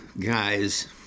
guys